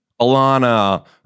Alana